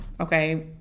okay